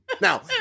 Now